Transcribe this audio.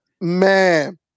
Man